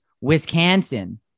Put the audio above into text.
Wisconsin